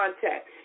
contact